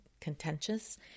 contentious